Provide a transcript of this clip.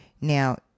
now